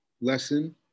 lesson